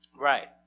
Right